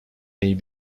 may